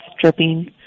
dripping